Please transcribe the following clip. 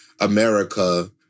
America